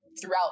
throughout